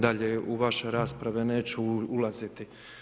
Dalje u vaše rasprave neću ulaziti.